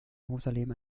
jerusalem